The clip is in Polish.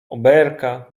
oberka